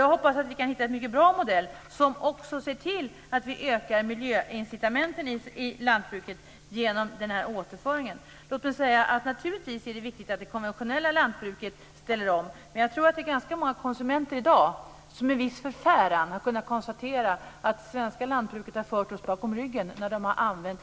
Jag hoppas att vi kan hitta en mycket bra modell som också ser till att vi ökar miljöincitamenten i lantbruket genom den här återföringen. Låt mig säga att det naturligtvis är viktigt att det konventionella lantbruket ställer om, men jag tror att det är ganska många konsumenter i dag som med viss förfäran har kunnat konstatera att det svenska lantbruket har fört oss bakom ljuset när de har använt